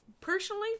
personally